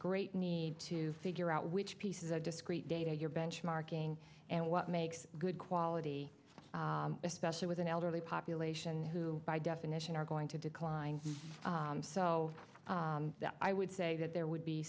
great need to figure out which pieces are discrete data your benchmarking and what makes good quality especially with an elderly population who by definition are going to decline so that i would say that there would be